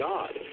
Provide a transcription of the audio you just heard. God